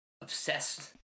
obsessed